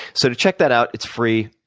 sort of check that out it's free.